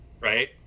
Right